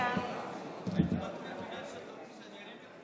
(הישיבה נפסקה בשעה 12:07 ונתחדשה בשעה 12:43.)